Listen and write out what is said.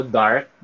dark